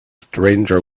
stranger